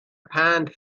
پند